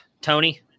Tony